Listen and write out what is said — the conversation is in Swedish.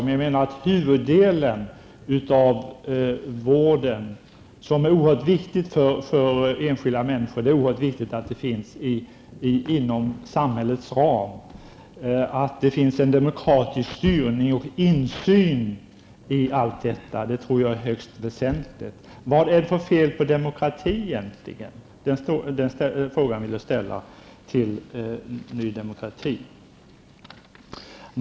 Det är dock oerhört viktigt att huvuddelen av vården för enskilda människor ges inom samhällets ram och att det finns en demokratisk styrning och insyn. Vad är det för fel på demokrati egentligen? Den frågan vill jag ställa till Ny Demokrati.